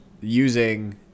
using